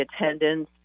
attendance